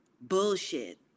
bullshit